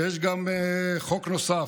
ויש חוק נוסף,